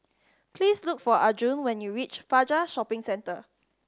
please look for Arjun when you reach Fajar Shopping Centre